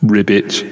Ribbit